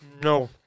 No